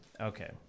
Okay